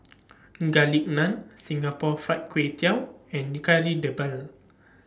Garlic Naan Singapore Fried Kway Tiao and Kari Debal